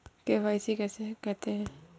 KYC किसे कहते हैं?